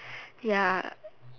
ya